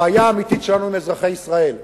הבעיה האמיתית שלנו היא אזרחי ישראל,